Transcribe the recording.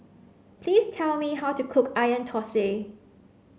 please tell me how to cook onion Thosai